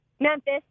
Memphis